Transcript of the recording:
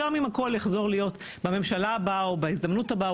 גם אם הכל יחזור להיות בממשלה הבאה או בהזדמנות הבאה,